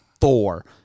four